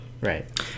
Right